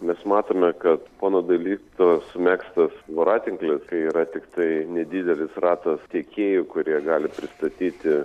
mes matome kad pono dailydkos megztas voratinklis kai yra tiktai nedidelis ratas tiekėjų kurie gali pristatyti